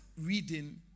reading